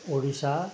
Odisha